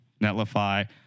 Netlify